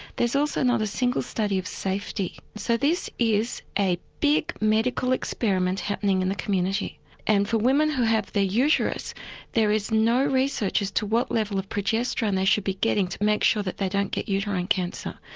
there's also not a single study of safety. so this is a big medical experiment happening in the community and for women who have their uterus there is no research as to what level of progesterone progesterone they should be getting to make sure that they don't get uterine cancer.